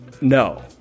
No